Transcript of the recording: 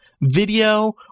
video